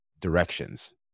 directions